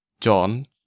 John